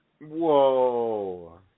Whoa